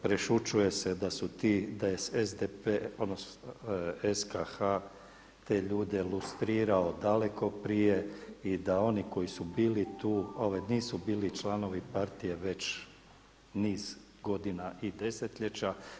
Prešućuje se da je SDP, odnosno SKH te ljude lustrirao daleko prije i da oni koji su bili tu, nisu bili članovi partije već niz godina i desetljeća.